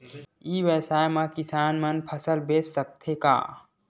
ई व्यवसाय म किसान मन फसल बेच सकथे का?